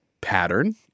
pattern